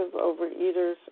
overeaters